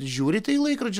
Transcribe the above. žiūrite į laikrodžius